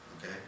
okay